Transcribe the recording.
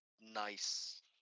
nice